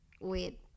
Wait